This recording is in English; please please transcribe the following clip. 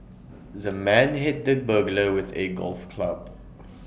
the man hit the burglar with A golf club